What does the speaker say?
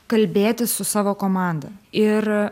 kalbėtis su savo komanda ir